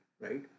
right